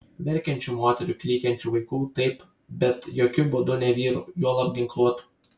verkiančių moterų klykiančių vaikų taip bet jokiu būdu ne vyrų juolab ginkluotų